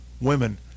women